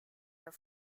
are